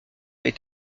est